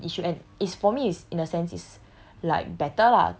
so to me it's not a~ an issue and is for me is in a sense is